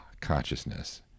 consciousness